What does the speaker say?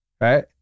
Right